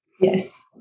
Yes